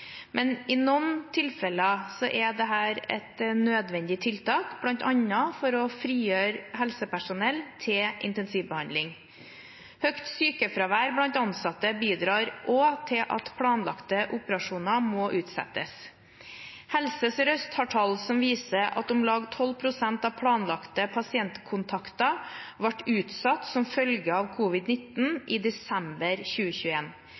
men i noen tilfeller er dette et nødvendig tiltak, bl.a. for å frigjøre helsepersonell til intensivbehandling. Høyt sykefravær blant ansatte bidrar også til at planlagte operasjoner må utsettes. Helse Sør-Øst har tall som viser at om lag 12 pst. av planlagte pasientkontakter ble utsatt som følge av